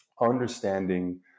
understanding